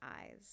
eyes